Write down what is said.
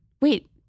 Wait